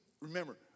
remember